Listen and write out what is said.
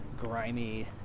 grimy